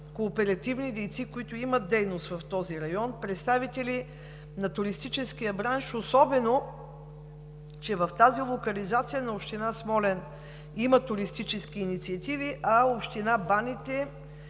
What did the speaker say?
кооперативни дейци, които имат дейност в този район, от представители на туристическия бранш, защото в тази локализация на община Смолян има туристически инициативи, а паралелно